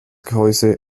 gehäuse